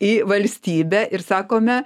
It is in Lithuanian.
į valstybę ir sakome